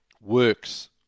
Works